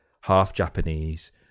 half-Japanese